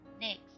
Next